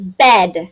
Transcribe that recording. bed